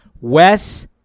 Wes